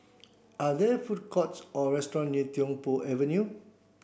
are there food courts or restaurants near Tiong Poh Avenue